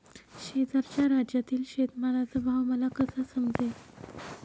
शेजारच्या राज्यातील शेतमालाचा भाव मला कसा समजेल?